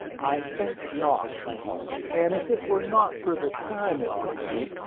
i think not and if it were not for the time it would take,